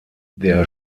der